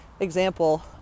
example